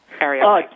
area